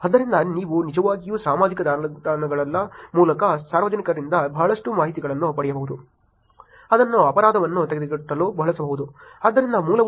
ಆದ್ದರಿಂದ ನೀವು ನಿಜವಾಗಿಯೂ ಸಾಮಾಜಿಕ ಜಾಲತಾಣಗಳ ಮೂಲಕ ಸಾರ್ವಜನಿಕರಿಂದ ಬಹಳಷ್ಟು ಮಾಹಿತಿಯನ್ನು ಪಡೆಯಬಹುದು ಅದನ್ನು ಅಪರಾಧವನ್ನು ತಡೆಗಟ್ಟಲು ಬಳಸಬಹುದು